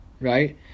right